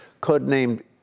codenamed